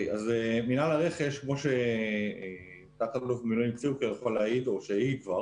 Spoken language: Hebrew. מינהל הרכש - כמו שתא"ל במילואים צוקר יכול להעיד או שהעיד כבר